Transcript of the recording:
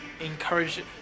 encourage